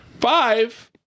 five